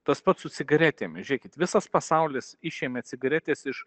tas pats su cigaretėmis žiūrėkit visas pasaulis išėmė cigaretes iš